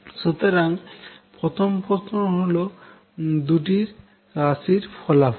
সুতরাং প্রথম প্রশ্ন হল দুটি রাশির ফলাফল